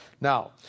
Now